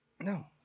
No